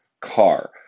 Car